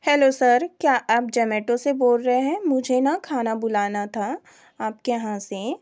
hello sir क्या आप Zomato से बोल रहे हैं मुझे न खाना बुलाना था आपके यहाँ से